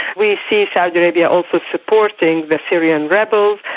we see saudi arabia also supporting the syrian rebels,